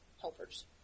helpers